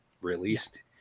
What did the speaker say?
released